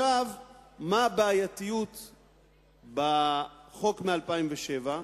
מה הבעייתיות בחוק מ-2007?